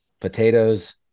potatoes